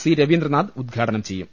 C Raveendranath ഉദ്ഘാടനം ചെയ്യും